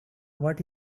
what